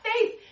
faith